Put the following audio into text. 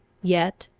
yet,